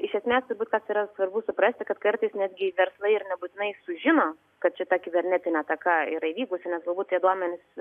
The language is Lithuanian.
iš esmės turbūt kas yra svarbu suprasti kad kartais netgi verslai ir nebūtinai sužino kad šita kibernetinė ataka yra įvykusi nes galbūt tie duomenys